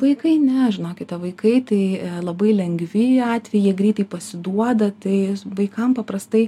vaikai ne žinokite vaikai tai labai lengvi atvejai greitai pasiduoda tai vaikam paprastai